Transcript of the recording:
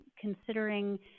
considering